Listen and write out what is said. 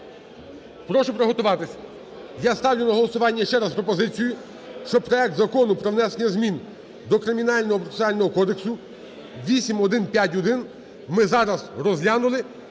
Прошу приготуватись. Я ставлю на голосування ще раз пропозицію, що проект Закону про внесення змін до Кримінального процесуального кодексу (8151) ми зараз розглянули,